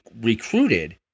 recruited